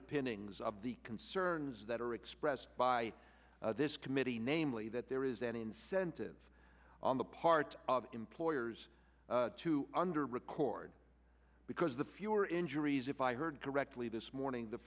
underpinnings of the concerns that are expressed by this committee namely that there is an incentive on the part of employers to under record because the fewer injuries if i heard correctly this morning the